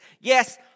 Yes